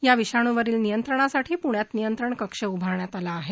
या विषाणूवरील नियंत्रणासाठी पुण्यात नियंत्रण कक्ष उभारण्यात आला आहे